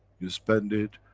you spend it,